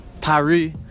Paris